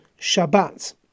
shabbat